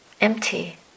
empty